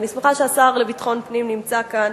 ואני שמחה שהשר לביטחון פנים נמצא כאן,